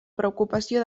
preocupació